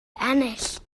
ennill